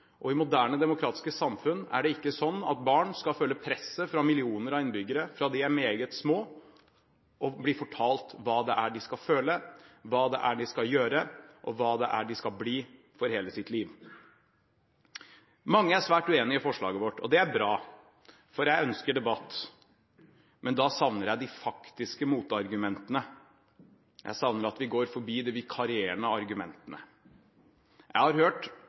og i moderne demokratiske samfunn er det ikke sånn at barn fra de er meget små og gjennom hele livet skal føle presset fra millioner av innbyggere og bli fortalt hva de skal føle, gjøre og bli. Mange er svært uenige i forslaget vårt, og det er bra, for jeg ønsker debatt, men da savner jeg de faktiske motargumentene. Jeg savner at vi går forbi de vikarierende argumentene. Jeg har hørt